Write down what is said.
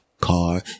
car